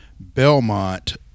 Belmont